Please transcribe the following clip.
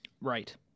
Right